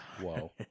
whoa